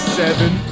seven